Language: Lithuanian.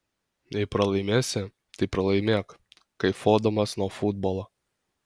jei pralaimėsi tai pralaimėk kaifuodamas nuo futbolo